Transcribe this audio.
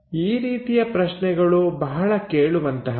ಈ ರೀತಿಯ ಪ್ರಶ್ನೆಗಳು ಬಹಳ ಕೇಳುವಂತಹವು